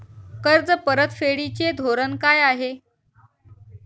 कर्ज परतफेडीचे धोरण काय आहे?